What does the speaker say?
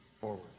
forward